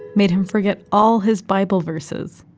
made him forget all his bible verses.